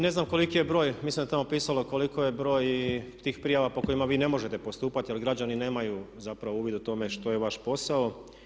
Ne znam koliki je broj, mislim da je tamo pisalo koliko je broj tih prijava po kojima vi ne možete postupati ali građani nemaju zapravo uvid o tome što je vaš posao.